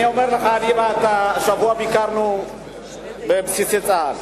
אני אומר לך, אני ואתה ביקרנו השבוע בבסיסי צה"ל.